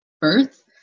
birth